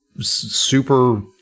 super